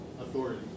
authority